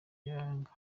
yanga